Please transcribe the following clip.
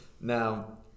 Now